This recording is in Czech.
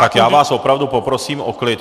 Tak já vás opravdu poprosím o klid.